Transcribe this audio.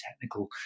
technical